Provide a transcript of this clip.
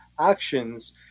actions